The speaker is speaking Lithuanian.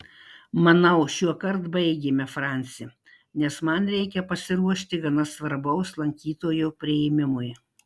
manau šiuokart baigėme franci nes man reikia pasiruošti gana svarbaus lankytojo priėmimui